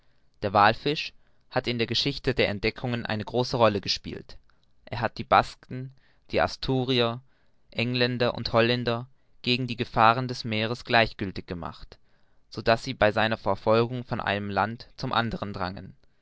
der wallfisch hat in der geschichte der entdeckungen eine große rolle gespielt er hat die basken die asturier engländer und holländer gegen die gefahren des meeres gleichgiltig gemacht so daß sie bei seiner verfolgung von einem land zum anderen drangen